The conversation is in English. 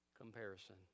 comparison